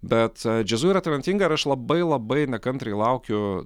bet džiazu yra talentinga ir aš labai labai nekantriai laukiu